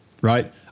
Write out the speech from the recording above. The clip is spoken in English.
right